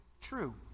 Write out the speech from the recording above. True